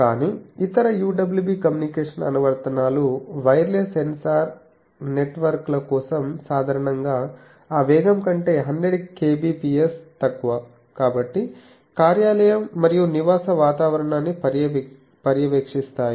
కానీ ఇతర UWB communication అనువర్తనాలు వైర్లెస్ సెన్సార్ నెట్వర్క్ల కోసం సాధారణంగా ఆ వేగం కంటే 100kbps తక్కువ కాబట్టి కార్యాలయం మరియు నివాస వాతావరణాన్ని పర్యవేక్షిస్తాయి